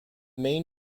main